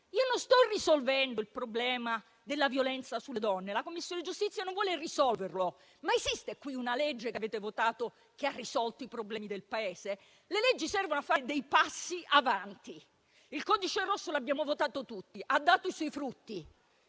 Io non sto risolvendo il problema della violenza sulle donne; la Commissione giustizia non vuole risolverlo, ma esiste una legge che avete votato che ha risolto i problemi del Paese? Le leggi servono a fare passi avanti; il codice rosso lo abbiamo votato tutti, ha dato i suoi frutti.